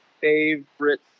favorite